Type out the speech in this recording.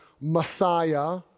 Messiah